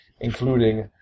including